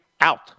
out